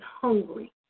hungry